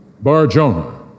Bar-Jonah